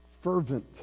fervent